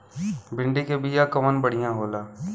भिंडी के बिया कवन बढ़ियां होला?